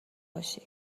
باشی